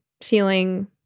feeling